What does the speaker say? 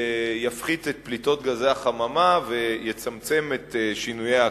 שיפחית את פליטות גזי החממה ויצמצם את שינויי האקלים.